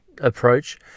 approach